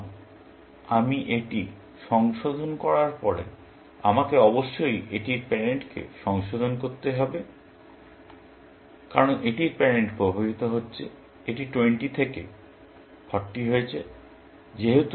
এখন আমি এটি সংশোধন করার পরে আমাকে অবশ্যই এটির প্যারেন্টকে সংশোধন করতে হবে কারণ এটির প্যারেন্ট প্রভাবিত হচ্ছে এটি 20 থেকে 40 হয়েছে